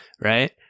right